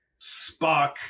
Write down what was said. spock